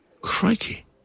Crikey